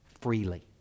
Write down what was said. freely